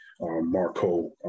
Marco